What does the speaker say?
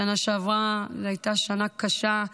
השנה שעברה הייתה שנה קשה,